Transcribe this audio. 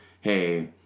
hey